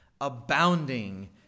abounding